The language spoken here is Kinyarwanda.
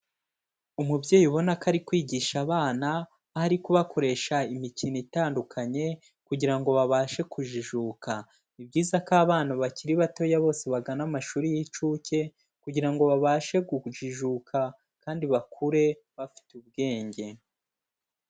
Umubyeyi ubona ko ari kwigisha abana, ari kubakoresha imikino itandukanye, kugira ngo babashe kujijuka, ni byiza ko abana bakiri batoya bose bagana amashuri y'incuke, kugira ngo babashe gujijuka kandi bakure bafite ubwenge.